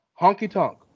honky-tonk